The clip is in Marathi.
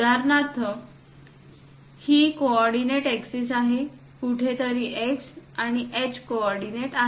उदाहरणार्थ ही कॉर्डीनेट एक्सेस आहे कुठेतरी x आणि h कॉर्डीनेट आहेत